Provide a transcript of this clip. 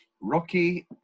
Rocky